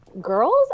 girls